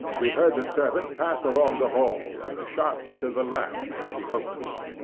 we heard the servant pass along the hall, and the sharp click of the latch as she opened it.